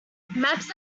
maps